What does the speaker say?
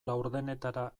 laurdenetara